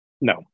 No